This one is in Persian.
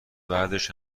بعدش